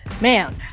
man